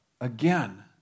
Again